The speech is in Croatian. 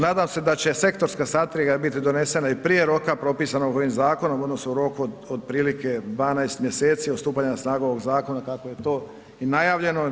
Nadam se da će sektorska ... biti donesena i prije roka propisanog ovim zakonom odnosno u roku od otprilike 12 mjeseci od stupanja na snagu ovog zakona, kako je to i najavljeno.